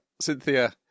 Cynthia